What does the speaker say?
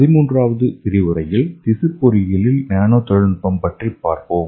பதிமூன்றாவது விரிவுரையில் திசு பொறியியலில் நானோ தொழில்நுட்பம் பற்றி பார்ப்போம்